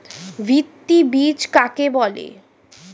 ভিত্তি বীজ কাকে বলে?